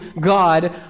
God